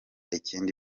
ikindi